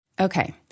Okay